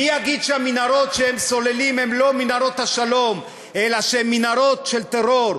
מי יגיד שהמנהרות שהם סוללים הן לא מנהרות השלום אלא הן מנהרות של טרור?